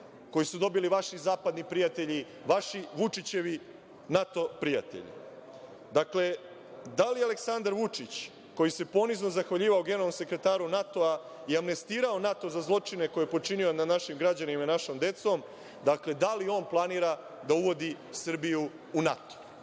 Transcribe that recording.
koji su dobili vaši zapadni prijatelji, vaši, Vučićevi NATO prijatelji? Dakle, da li Aleksandar Vučić, koji se ponizno zahvaljivao generalnom sekretaru NATO-a i amnestirao NATO za zločine koje je počinio nad našim građanima, našom decom, da li on planira da uvodi Srbiju u NATO?